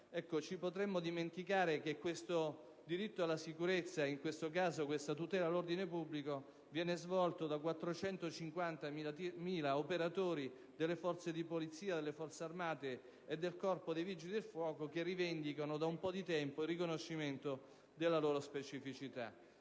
potremmo dimenticare che questo diritto alla sicurezza, e in questo caso la tutela dell'ordine pubblico, viene garantito da 450.000 operatori delle forze di polizia, delle Forze armate e del Corpo dei vigili del fuoco, che da un po' di tempo rivendicano il riconoscimento della loro specificità.